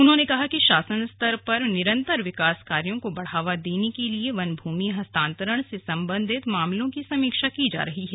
उन्होंने कहा कि शासन स्तर पर निरन्तर विकास कार्यों को बढ़ावा देने के लिए वन भूमि हस्तान्तरण से सम्बन्धित मामलों की समीक्षा की जा रही है